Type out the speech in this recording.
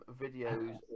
videos